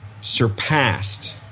surpassed